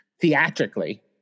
theatrically